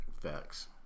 Facts